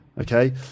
Okay